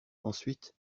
ensuite